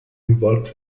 involved